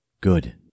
Good